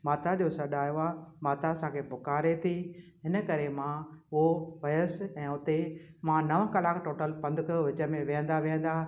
माता जो सॾु आयो आहे माता असांखे पुकारे थी इन करे मां पोइ वयसि ऐं उते मां न कलाकु टोटल पंधु कयो विच में वेहंदा वेहंदा